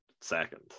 second